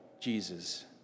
Jesus